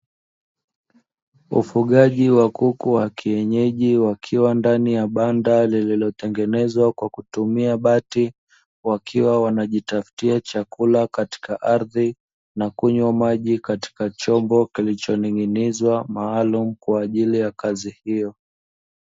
Ufugaji wa kuku wa kienyeji wakiwa ndani ya banda, lililotengenezwa kwa kutumia bati, wakiwa wanajitafutia chakula katika ardhi, na kunywa maji katika chombo kilichoning'inizwa maalumu kwa ajili ya kazi hiyo.